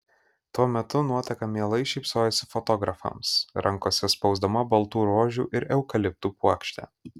tuo metu nuotaka mielai šypsojosi fotografams rankose spausdama baltų rožių ir eukaliptų puokštę